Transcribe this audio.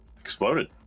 exploded